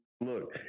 look